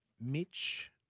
Mitch